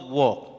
walk